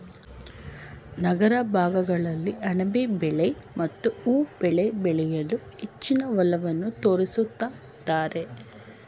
ನಗರ ಭಾಗಗಳಲ್ಲಿ ಅಣಬೆ ಬೆಳೆ ಮತ್ತು ಹೂವು ಬೆಳೆ ಬೆಳೆಯಲು ಹೆಚ್ಚಿನ ಒಲವನ್ನು ತೋರಿಸುತ್ತಿದ್ದಾರೆ